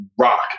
rock